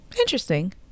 interesting